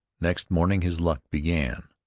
next morning his luck began.